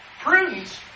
prudence